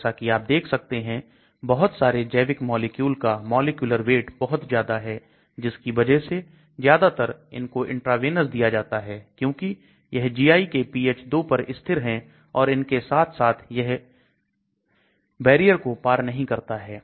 जैसा कि आप देख सकते हैं बहुत सारे जैविक मॉलिक्यूल का मॉलिक्यूलर वेट बहुत ज्यादा है जिसकी वजह से ज्यादातर इनको इंट्रावेनस दिया जाता है क्योंकि यह GI के pH 2 पर स्थिर है और इसके साथ साथ यह है बैरियर को पार नहीं करता है